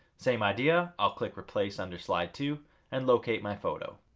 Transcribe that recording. same idea, i'll click replace under slide two and locate my photo.